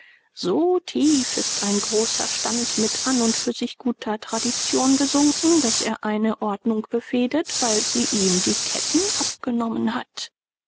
so tief ist ein großer stand mit an und für sich guter tradition gesunken daß er eine ordnung befehdet weil sie ihm die ketten abgenommen hat